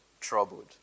troubled